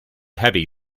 heavy